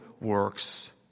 works